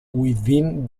within